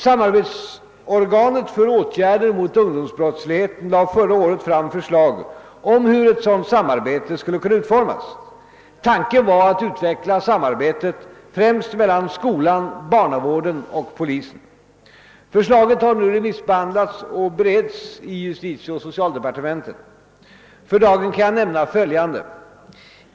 Samarbetsorganet för åtgärder mot ungdomsbrottsligheten lade förra året fram förslag om hur ett sådant samarbete skulle kunna utformas. Tanken var att utveckla samarbetet främst mellan skolan, barnavården och polisen. Förslaget har nu remissbehandlats och beretts i justitieoch socialdepartementen. För dagen kan jag nämna följande.